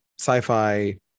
sci-fi